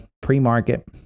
pre-market